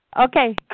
Okay